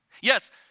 Yes